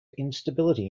instability